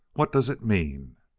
what does it mean?